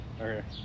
Okay